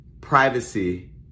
privacy